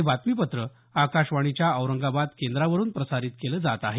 हे बातमीपत्र आकाशवाणीच्या औरंगाबाद केंद्रावरून प्रसारित केल जात आहे